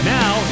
now